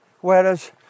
whereas